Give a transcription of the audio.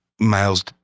Miles